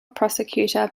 prosecutor